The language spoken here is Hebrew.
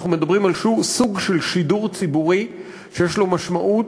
אנחנו מדברים על סוג של שידור ציבורי שיש לו משמעות,